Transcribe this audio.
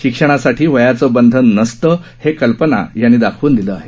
शिक्षणासाठी वयाचं बंधन नसतं हे कल्पना यांनी दाखवून दिलं आहे